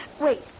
Wait